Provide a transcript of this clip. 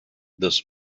this